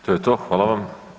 To je to, hvala vam.